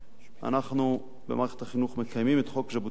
אנחנו במערכת החינוך מקיימים את חוק ז'בוטינסקי,